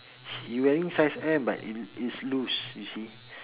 you wearing size M but it is loose you see